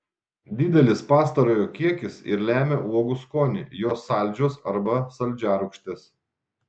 didelis pastarojo kiekis ir lemia uogų skonį jos saldžios arba saldžiarūgštės